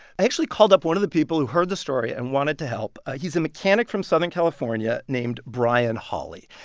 i actually called up one of the people who heard the story and wanted to help. ah he's a mechanic from southern california named brian hawley.